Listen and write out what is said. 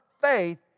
faith